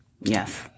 yes